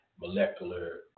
molecular